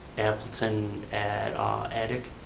appleton at attic.